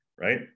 right